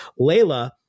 Layla